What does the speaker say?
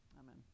Amen